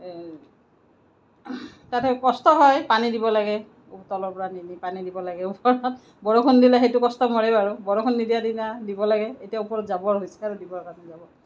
তাতে কষ্ট হয় পানী দিব লাগে তলৰ পৰা নি নি পানী দিব লাগে ওপৰত বৰষুণ দিলে সেইটো কষ্ট মৰে বাৰু বৰষুণ নিদিয়াৰ দিনা দিব লাগে এতিয়া ওপৰত যাব হৈছে আৰু দিবৰ কাৰণে যাব